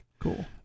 Cool